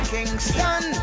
Kingston